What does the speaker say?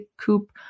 coupe